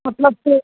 मतलब कि